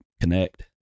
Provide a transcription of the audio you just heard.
connect